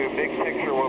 big picture,